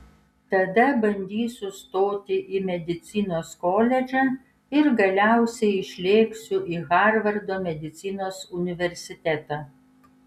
tada bandysiu stoti į medicinos koledžą ir galiausiai išlėksiu į harvardo medicinos universitetą